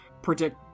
predict